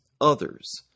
others